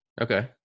Okay